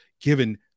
given